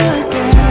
again